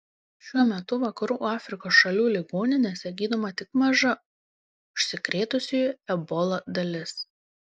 šiuo metu vakarų afrikos šalių ligoninėse gydoma tik maža užsikrėtusiųjų ebola dalis